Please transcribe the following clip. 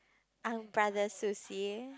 I'm brother Susie